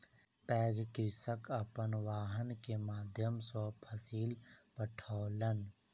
पैघ कृषक अपन वाहन के माध्यम सॅ फसिल पठौलैन